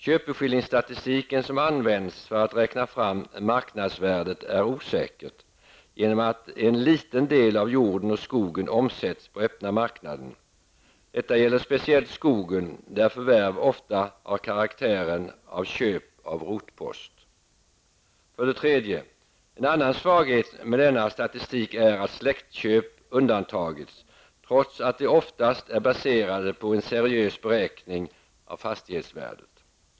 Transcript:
Köpeskillingsstatistiken som används för att räkna fram marknadsvärdet är osäker i och med att en liten del av jorden och skogen omsätts på öppna marknaden. Detta gäller speciellt skog, där förvärv ofta har karaktären av köp av rotpost. 3. En annan svaghet med denna statistik är att släktköp undantagits, trots att de oftast är baserade på en seriös beräkning av fastighetsvärdet.